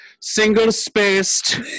single-spaced